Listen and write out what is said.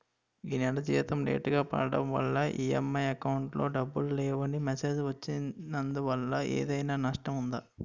ఈ నెల జీతం లేటుగా పడటం వల్ల ఇ.ఎం.ఐ అకౌంట్ లో డబ్బులు లేవని మెసేజ్ వచ్చిందిదీనివల్ల ఏదైనా నష్టం ఉందా?